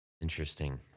Interesting